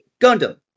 Gundam